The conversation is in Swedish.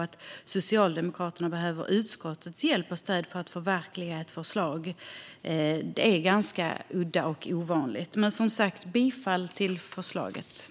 Att de behöver utskottets hjälp och stöd för att förverkliga ett förslag är ganska udda och ovanligt. Jag yrkar bifall till förslaget i